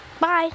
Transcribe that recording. Bye